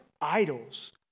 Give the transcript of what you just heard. idols